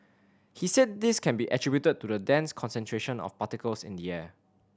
he said this can be attributed to the dense concentration of particles in the air